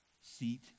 seat